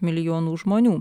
milijonų žmonių